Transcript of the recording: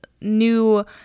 new